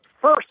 first